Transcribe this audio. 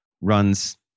runs